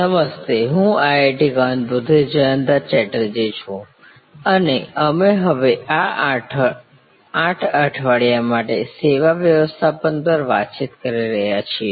નમસ્તે હું IIT કાનપુરથી જયંતા ચેટર્જી છું અને અમે હવે આ 8 અઠવાડિયા માટે સેવા વ્યવસ્થાપન પર વાતચીત કરી રહ્યા છીએ